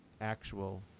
actual